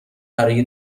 برای